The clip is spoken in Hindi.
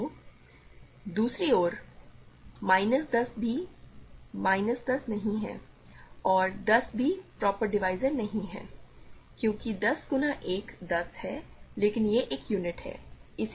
तो दूसरी ओर माइनस 10 भी माइनस 10 नहीं है और 10 भी प्रॉपर डिवीज़र नहीं हैं क्योंकि 10 गुना 1 10 है लेकिन यह एक यूनिट है